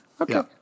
Okay